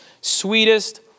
sweetest